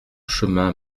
chemin